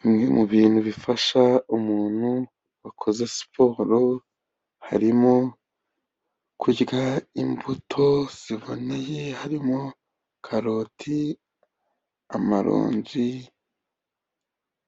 Bimwe mu bintu bifasha umuntu wakoze siporo, harimo kurya imbuto ziboneye, harimo karoti, amaronji,